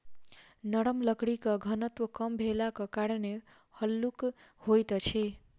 नरम लकड़ीक घनत्व कम भेलाक कारणेँ हल्लुक होइत अछि